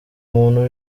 umuntu